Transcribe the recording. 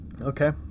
Okay